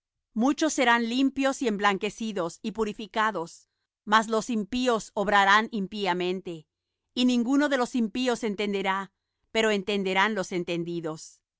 muchos serán limpios y emblanquecidos y purificados mas los impíos obrarán impíamente y ninguno de los impíos entenderá pero entenderán los entendidos